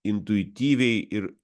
intuityviai ir